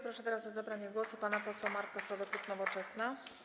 Proszę teraz o zabranie głosu pana posła Marka Sowę, klub Nowoczesna.